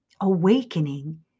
awakening